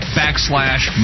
backslash